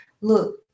look